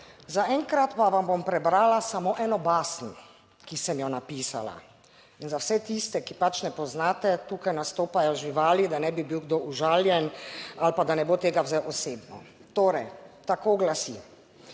zaenkrat pa vam bom prebrala samo eno basen, ki sem jo napisala. In za vse tiste, ki pač ne poznate, tukaj nastopajo živali, da ne bi bil kdo užaljen ali pa da ne bo tega vzel osebno. Torej tako glasi.